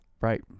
Right